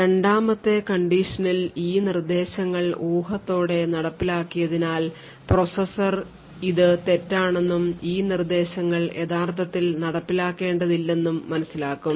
രണ്ടാമത്തെ condition ൽ ഈ നിർദ്ദേശങ്ങൾ ഊഹത്തോടെ നടപ്പിലാക്കിയതിനാൽ പ്രോസസർ ഇതു തെറ്റാണെന്നും ഈ നിർദ്ദേശങ്ങൾ യഥാർത്ഥത്തിൽ നടപ്പിലാക്കേണ്ടതില്ലെന്നും മനസ്സിലാക്കും